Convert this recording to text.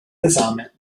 esame